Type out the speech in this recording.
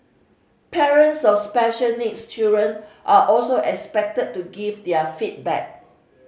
parents of special needs children are also expected to give their feedback